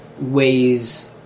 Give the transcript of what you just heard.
ways